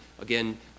Again